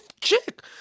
chick